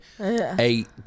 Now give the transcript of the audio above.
eight